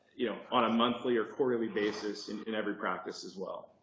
you know on a monthly or quarterly basis in every practice as well.